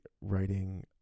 writing